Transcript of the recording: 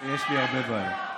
יש לי הרבה בעיות,